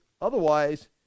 otherwise